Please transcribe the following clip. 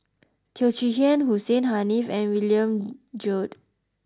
Teo Chee Hean Hussein Haniff and William Goode